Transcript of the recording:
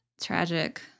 tragic